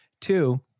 Two